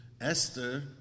Esther